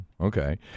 okay